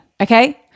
okay